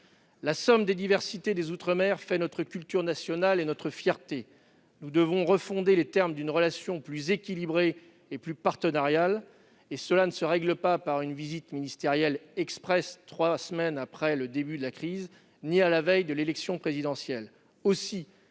La somme des diversités des outre-mer fait notre culture nationale et notre fierté. Nous devons refonder les termes d'une relation plus équilibrée et plus partenariale. Cela ne se règle pas par une visite ministérielle express trois semaines après le début de la crise, ou à la veille de l'élection présidentielle.